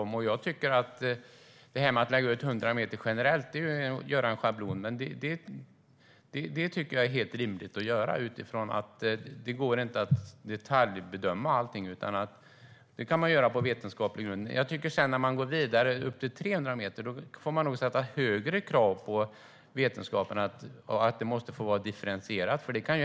Att lägga ut 100 meter generellt är att göra en schablon, men det tycker jag är helt rimligt att göra utifrån att det inte går att detaljbedöma allting. Så kan man göra på vetenskaplig grund. Men när man sedan går vidare upp emot 300 meter tycker jag nog att man får ställa högre krav på vetenskapen och att det måste få vara differentierat.